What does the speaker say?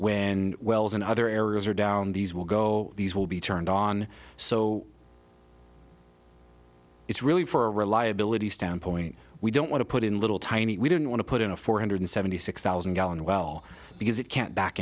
when wells in other areas are down these will go these will be turned on so it's really for reliability standpoint we don't want to put in little tiny we don't want to put in a four hundred seventy six thousand gallon well because it can't back